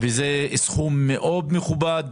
סכום שהוא סכום מאוד מכובד.